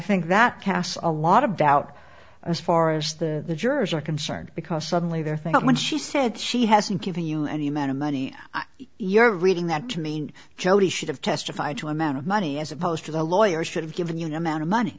think that casts a lot of doubt as far as the jurors are concerned because suddenly they're thinking when she said she hasn't given you any amount of money you're reading that to mean jodi should have testified to amount of money as opposed to the lawyer should have given you an amount of money